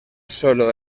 sólo